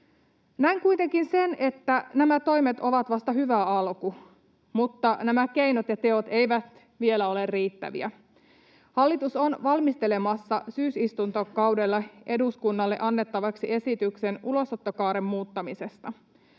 Näen kuitenkin sen, että nämä toimet ovat vasta hyvä alku, mutta nämä keinot ja teot eivät vielä ole riittäviä. Hallitus on valmistelemassa syysistuntokaudella eduskunnalle annettavaksi esityksen ulosottokaaren muuttamisesta.